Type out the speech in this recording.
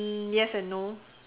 mm yes and no